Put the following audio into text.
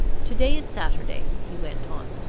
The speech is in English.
to-day is saturday, he went on.